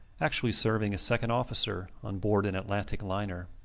actually serving as second officer on board an atlantic liner.